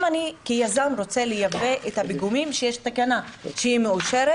אם אני כיזם רוצה לייבא את הפיגומים שיש תקנה שהיא מאושרת